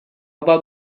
about